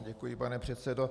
Děkuji, pane předsedo.